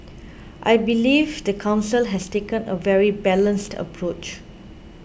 I believe the Council has taken a very balanced approach